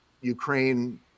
Ukraine